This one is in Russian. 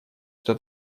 что